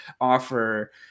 offer